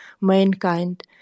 mankind